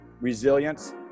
resilience